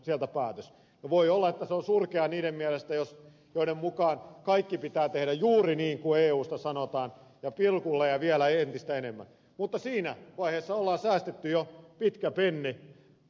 ja voi olla että se on surkeaa niiden mielestä joiden mukaan kaikki pitää tehdä juuri niin kuin eusta sanotaan ja pilkulleen ja vielä entistä enemmän mutta siinä vaiheessa on säästetty jo pitkä penni